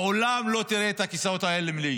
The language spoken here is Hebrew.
לעולם לא תראה את הכיסאות האלה מלאים.